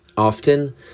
Often